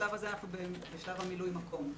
בשלב הזה אנחנו בשלב מילוי מקום.